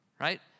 Right